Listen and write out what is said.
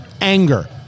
anger